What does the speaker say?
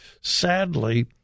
sadly